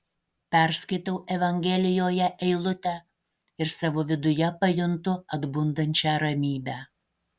perskaitau evangelijoje eilutę ir savo viduje pajuntu atbundančią ramybę